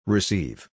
Receive